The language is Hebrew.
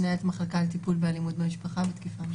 מנהלת המחלקה לטיפול באלימות במשפחה ותקיפה מינית.